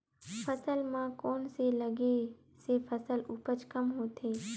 फसल म कोन से लगे से फसल उपज कम होथे?